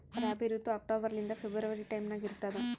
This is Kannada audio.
ರಾಬಿ ಋತು ಅಕ್ಟೋಬರ್ ಲಿಂದ ಫೆಬ್ರವರಿ ಟೈಮ್ ನಾಗ ಇರ್ತದ